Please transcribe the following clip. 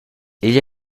igl